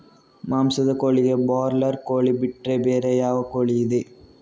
ಮಾಂಸದ ಕೋಳಿಗೆ ಬ್ರಾಲರ್ ಕೋಳಿ ಬಿಟ್ರೆ ಬೇರೆ ಯಾವ ಕೋಳಿಯಿದೆ?